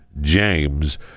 james